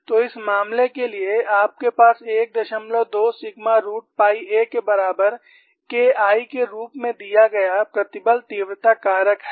तो इस मामले के लिए आपके पास 12 सिग्मा रूट पाई a के बराबर KI के रूप में दिया गया प्रतिबल तीव्रता कारक है